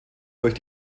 durch